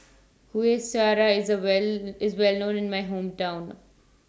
Kueh Syara IS A Well IS Well known in My Hometown